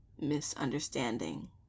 misunderstanding